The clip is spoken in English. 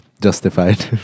justified